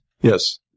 Yes